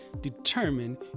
determine